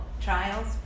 trials